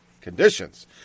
conditions